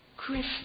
Christmas